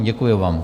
Děkuji vám.